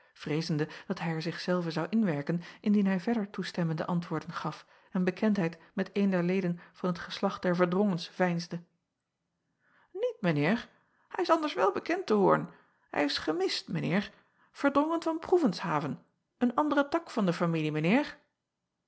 vreezende dat hij er zich zelven zou inwerken indien hij verder toestemmende antwoorden gaf en bekendheid met een der leden van het geslacht der erdrongens veinsde iet mijn eer ij is anders wel bekend te oorn hij is chemist mijn eer erdrongen van roevenshaven een andere tak van de familie